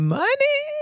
money